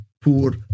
poor